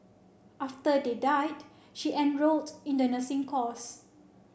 after they died she enrolled in the nursing course